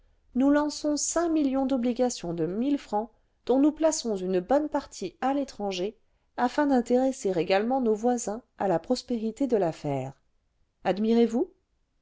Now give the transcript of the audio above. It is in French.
nous lançons cinq millions d'obligations de mille francs dont nous plaçons une bonne partie à l'étranger afin d'intéresser également nos voisins à la prospérité de l'affaire admirez vous